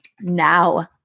now